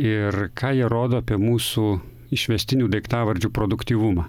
ir ką jie rodo apie mūsų išvestinių daiktavardžių produktyvumą